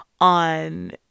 on